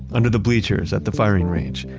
under the bleachers at the firing range,